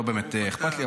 לא באמת אכפת לי,